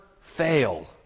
fail